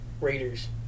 Raiders